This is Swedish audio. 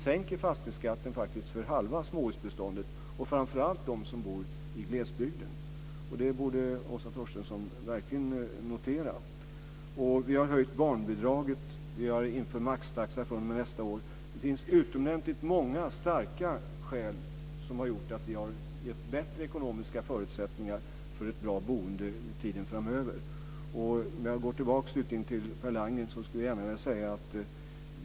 Det borde Åsa Torstensson lägga på minnet eftersom hon representerar ett parti som säger sig värna glesbygden. Vi har höjt barnbidraget. Vi inför maxtaxa fr.o.m. nästa år. Det finns utomordentligt många starka skäl som har gjort att vi har gett bättre ekonomiska förutsättningar för ett bra boende tiden framöver. Jag går tillbaka till Per Landgren.